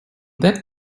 that